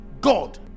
god